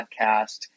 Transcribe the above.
podcast